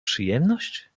przyjemność